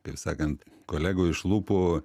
kaip sakant kolegų iš lūpų